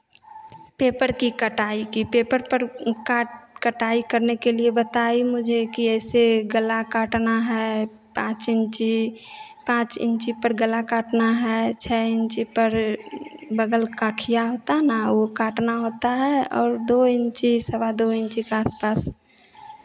paper की कटाई की पेपर पर काट कटाई करने के लिए बताई की मुझे ऐसे गला काटना है पांच इंची पांच इंची पर गला काटना है छः इंची पर बगल काँखिया होता ना वो काटना होता है और दो इंची सवा दो इंची के आस पास